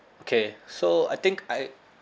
okay so I think I